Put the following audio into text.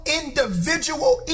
individual